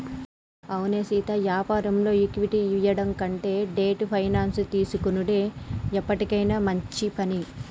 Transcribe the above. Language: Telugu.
అవునే సీతా యాపారంలో ఈక్విటీ ఇయ్యడం కంటే డెట్ ఫైనాన్స్ తీసుకొనుడే ఎప్పటికైనా మంచి పని